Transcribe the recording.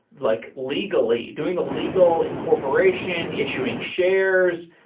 like legally, doing the legal incorporation, issuing shares,